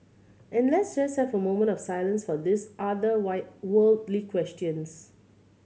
and let's just have a moment of silence for these other worldly questions